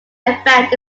event